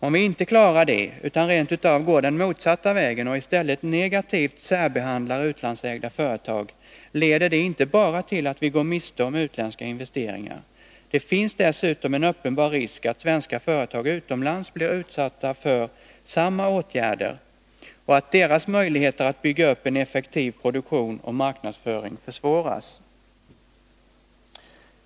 Om vi inte klarar det, utan rent av väljer den motsatta vägen och i stället negativt särbehandlar utlandsägda företag, leder det inte bara till att vi går miste om utländska investeringar. Det finns dessutom en uppenbar risk att svenska företag utomlands blir utsatta för samma åtgärder och att deras möjligheter att bygga upp en effektiv produktion och marknadsföring försvåras.